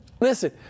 Listen